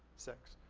six.